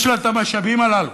יש לה את המשאבים הללו.